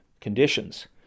conditions